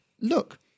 Look